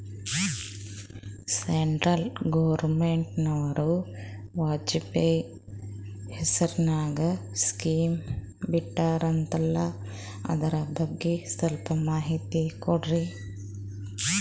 Central ಗವರ್ನಮೆಂಟನವರು ವಾಜಪೇಯಿ ಹೇಸಿರಿನಾಗ್ಯಾ scheme ಬಿಟ್ಟಾರಂತಲ್ಲ ಅದರ ಬಗ್ಗೆ ಸ್ವಲ್ಪ ಮಾಹಿತಿ ಕೊಡ್ರಿ?